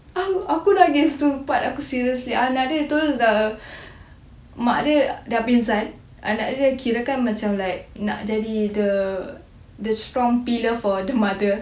aku nangis aku seriously mak dia dah pengsan anak dia dah kirakan nak jadi the strong pillar for the mother